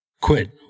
quit